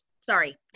Sorry